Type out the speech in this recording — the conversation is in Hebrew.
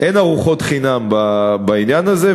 ארוחות חינם בעניין הזה,